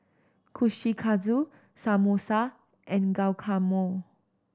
Kushikatsu Samosa and Guacamole